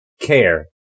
care